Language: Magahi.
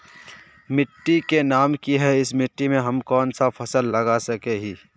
मिट्टी के नाम की है इस मिट्टी में हम कोन सा फसल लगा सके हिय?